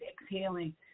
exhaling